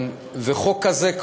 וחוק כזה,